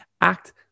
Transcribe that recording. act